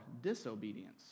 disobedience